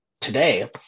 today